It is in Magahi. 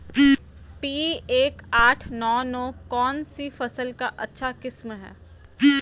पी एक आठ नौ नौ कौन सी फसल का अच्छा किस्म हैं?